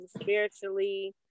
spiritually